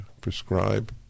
prescribe